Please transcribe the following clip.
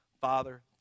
Father